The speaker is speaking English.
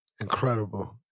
incredible